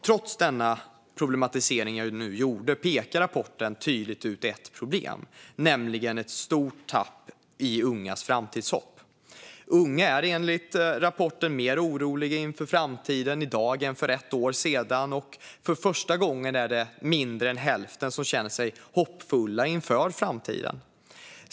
Trots den problematisering jag har gjort pekar rapporten tydligt ut ett problem, nämligen ett stort tapp i ungas framtidshopp. Unga är enligt rapporten mer oroliga inför framtiden i dag än för ett år sedan. För första gången är det färre än hälften som känner sig hoppfulla inför framtiden.